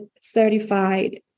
certified